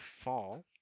fall